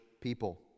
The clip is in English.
people